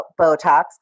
Botox